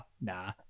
Nah